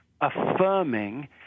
affirming